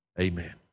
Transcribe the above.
Amen